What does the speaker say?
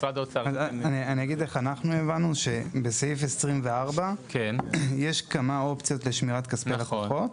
אנחנו בסעיף 24. לעניין שמירת כספי לקוחות.